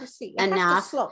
enough